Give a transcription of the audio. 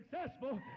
successful